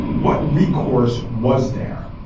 what recourse was there?